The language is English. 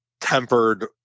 tempered